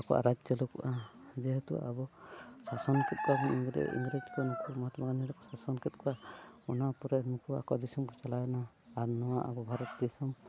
ᱟᱵᱚᱣᱟᱜ ᱨᱟᱡᱽ ᱪᱟᱹᱞᱩ ᱠᱚᱜᱼᱟ ᱡᱮᱦᱮᱛᱩ ᱟᱵᱚ ᱥᱟᱥᱚᱱ ᱠᱮᱜ ᱠᱚᱣᱟᱵᱚᱱ ᱤᱝᱨᱮᱡᱽ ᱤᱝᱨᱮᱡᱽ ᱠᱚ ᱱᱩᱠᱩ ᱢᱚᱦᱟᱛᱢᱟ ᱜᱟᱹᱱᱫᱷᱤ ᱛᱟᱠᱚ ᱥᱟᱥᱚᱱ ᱠᱮᱜ ᱠᱚᱣᱟ ᱚᱱᱟ ᱯᱚᱨᱮ ᱱᱩᱠᱩ ᱟᱠᱚ ᱫᱤᱥᱚᱢ ᱠᱚ ᱪᱟᱞᱟᱣᱮᱱᱟ ᱟᱨ ᱱᱚᱣᱟ ᱟᱵᱚ ᱵᱷᱟᱨᱚᱛ ᱫᱤᱥᱚᱢ